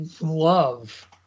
love